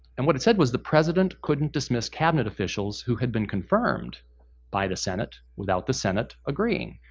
and what it said was the president couldn't dismiss cabinet officials who had been confirmed by the senate without the senate agreeing.